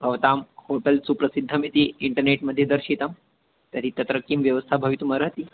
भवतां होटल् सुप्रसिद्धमिति इन्टर्नेट्मध्ये दर्शितं तर्हि तत्र किं व्यवस्था भवितुमर्हति